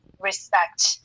respect